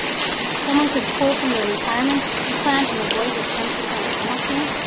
someone can pull from their retirement plan and avoid the ten percent penalty?